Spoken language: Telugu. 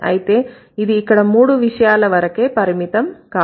అయితే ఇది ఇక్కడ మూడు విషయాల వరకే పరిమితం కాదు